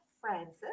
francis